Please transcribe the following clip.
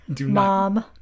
Mom